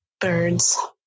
Birds